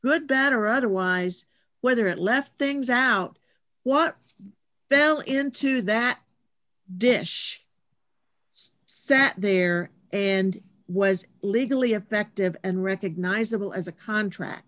good bad or otherwise whether it left things out what fell into that dish i sat there and was legally effective and recognizable as a contract